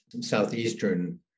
southeastern